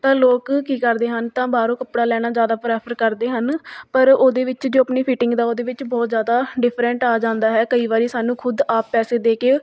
ਤਾਂ ਲੋਕ ਕੀ ਕਰਦੇ ਹਨ ਤਾਂ ਬਾਹਰੋਂ ਕੱਪੜਾ ਲੈਣਾ ਜ਼ਿਆਦਾ ਪ੍ਰੈਫਰ ਕਰਦੇ ਹਨ ਪਰ ਉਹਦੇ ਵਿੱਚ ਜੋ ਆਪਣੀ ਫਿਟਿੰਗ ਦਾ ਉਹਦੇ ਵਿੱਚ ਬਹੁਤ ਜ਼ਿਆਦਾ ਡਿਫਰੈਂਟ ਆ ਜਾਂਦਾ ਹੈ ਕਈ ਵਾਰੀ ਸਾਨੂੰ ਖੁਦ ਆਪ ਪੈਸੇ ਦੇ ਕੇ